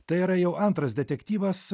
tai yra jau antras detektyvas